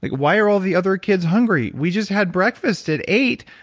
like why are all the other kids hungry? we just had breakfast at eight